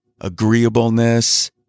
agreeableness